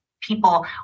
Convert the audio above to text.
people